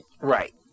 Right